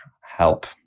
help